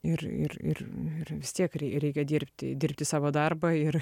ir ir ir ir vis tiek reikia dirbti dirbti savo darbą ir